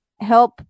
help